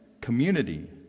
community